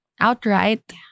Outright